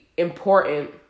important